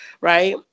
Right